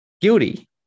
Guilty